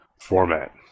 format